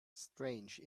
strange